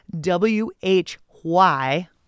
W-H-Y